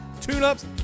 tune-ups